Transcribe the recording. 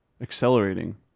accelerating